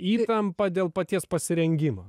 įtampa dėl paties pasirengimo